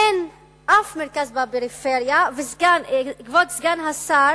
אין אף מרכז בפריפריה, כבוד סגן השר.